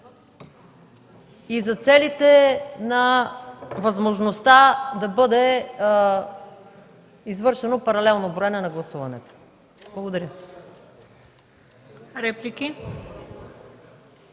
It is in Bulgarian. и за целите на възможността да бъде извършено паралелно броене на гласуването. Благодаря.